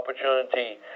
opportunity